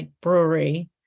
brewery